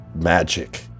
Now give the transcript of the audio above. magic